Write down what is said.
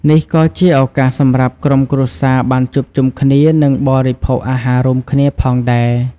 នេះក៏ជាឱកាសសម្រាប់ក្រុមគ្រួសារបានជួបជុំគ្នា និងបរិភោគអាហាររួមគ្នាផងដែរ។